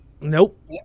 Nope